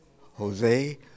Jose